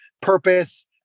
purpose